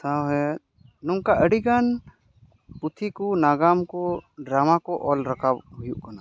ᱥᱟᱶᱦᱮᱫ ᱱᱚᱝᱠᱟ ᱟᱹᱰᱤ ᱜᱟᱱ ᱯᱩᱛᱷᱤ ᱠᱚ ᱱᱟᱜᱟᱢ ᱠᱚ ᱰᱨᱢᱟ ᱠᱚ ᱚᱞ ᱨᱟᱠᱟᱵ ᱦᱩᱭᱩᱜ ᱠᱟᱱᱟ